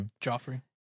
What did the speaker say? Joffrey